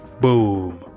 Boom